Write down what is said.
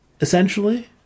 essentially